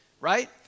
right